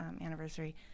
anniversary